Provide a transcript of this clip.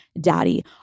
daddy